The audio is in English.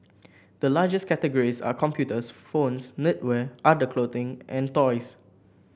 the largest categories are computers phones knitwear other clothing and toys